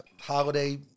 holiday